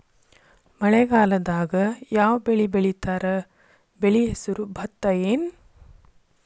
ಮಳೆಗಾಲದಾಗ್ ಯಾವ್ ಬೆಳಿ ಬೆಳಿತಾರ, ಬೆಳಿ ಹೆಸರು ಭತ್ತ ಏನ್?